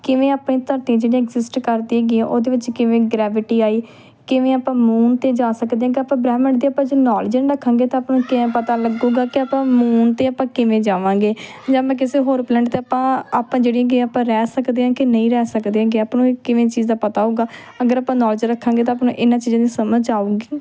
ਕਿਵੇਂ ਆਪਣੀ ਧਰਤੀ ਜਿਹੜੀ ਆ ਐਗਸਜਿਸਟ ਕਰਦੀ ਹੈਗੀ ਆ ਉਹਦੇ ਵਿੱਚ ਕਿਵੇਂ ਗ੍ਰੈਵਿਟੀ ਆਈ ਕਿਵੇਂ ਆਪਾਂ ਮੂਨ 'ਤੇ ਜਾ ਸਕਦੇ ਹਾਂ ਕਿ ਆਪਾਂ ਬ੍ਰਹਿਮੰਡ ਦੇ ਆਪਾਂ ਜੇ ਨੋਲੇਜ ਨਾ ਰੱਖਾਂਗੇ ਤਾਂ ਆਪਾਂ ਨੂੰ ਕਿਵੇਂ ਪਤਾ ਲੱਗੇਗਾ ਕਿ ਆਪਾਂ ਮੂਨ 'ਤੇ ਆਪਾਂ ਕਿਵੇਂ ਜਾਵਾਂਗੇ ਜਾਂ ਮੈਂ ਕਿਸੇ ਹੋਰ ਪਲੈਨਟ 'ਤੇ ਆਪਾਂ ਆਪਾਂ ਜਿਹੜੀਆਂ ਕਿ ਆਪਾਂ ਰਹਿ ਸਕਦੇ ਹਾਂ ਕਿ ਨਹੀਂ ਰਹਿ ਸਕਦੇ ਹੈਗੇ ਆਪਾਂ ਨੂੰ ਇਹ ਕਿਵੇਂ ਚੀਜ਼ ਦਾ ਪਤਾ ਹੋਵੇਗਾ ਅਗਰ ਆਪਾਂ ਨੌਲਜ ਰੱਖਾਂਗੇ ਤਾਂ ਆਪਾਂ ਨੂੰ ਇਹਨਾਂ ਚੀਜ਼ਾਂ ਦੀ ਸਮਝ ਆਵੇਗੀ